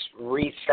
reset